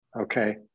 okay